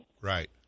Right